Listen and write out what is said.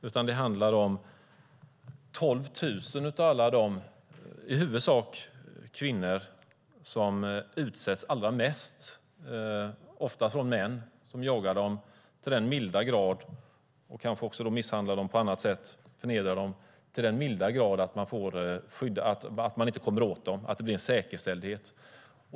Det här handlar om de 12 000 i huvudsak kvinnor som utsätts allra mest, oftast av män som jagar, misshandlar eller förnedrar dem, så till den milda grad att de behöver skyddas för att kunna leva säkert.